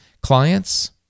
clients